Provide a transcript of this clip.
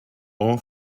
all